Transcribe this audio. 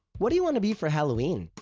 what do you wanna be for halloween?